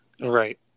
right